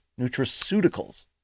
nutraceuticals